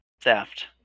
theft